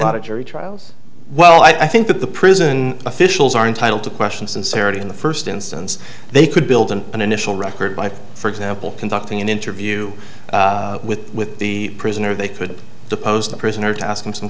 lot of jury trials well i think that the prison officials are entitled to question sincerity in the first instance they could build an initial record by for example conducting an interview with with the prisoner they could deposed the prisoner to ask